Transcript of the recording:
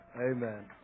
Amen